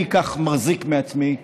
אני כך מחזיק מעצמי,